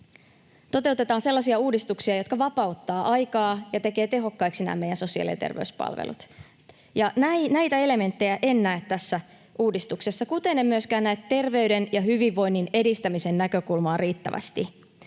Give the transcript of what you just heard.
toteutetaan sellaisia uudistuksia, jotka vapauttavat aikaa ja tekevät tehokkaiksi nämä meidän sosiaali- ja terveyspalvelut. Näitä elementtejä en näe tässä uudistuksessa, kuten en myöskään näe terveyden ja hyvinvoinnin edistämisen näkökulmaa riittävästi.